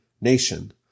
nation